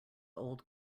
old